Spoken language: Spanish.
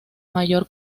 mayor